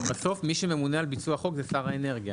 אבל בסוף מי שממונה על ביצוע החוק זה שר האנרגיה.